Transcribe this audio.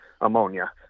ammonia